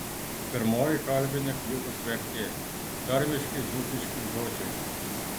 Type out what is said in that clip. pirmoji kalbinė knygos vertė tarmiški dzūkiški žodžiai